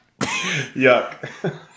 Yuck